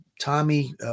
Tommy